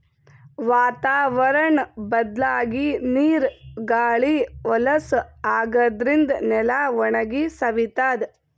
ವಾತಾವರ್ಣ್ ಬದ್ಲಾಗಿ ನೀರ್ ಗಾಳಿ ಹೊಲಸ್ ಆಗಾದ್ರಿನ್ದ ನೆಲ ಒಣಗಿ ಸವಿತದ್